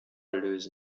lösen